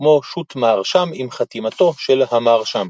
וכמו שו"ת מהרש"ם עם חתימתו של המהרש"ם.